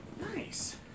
Nice